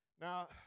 Now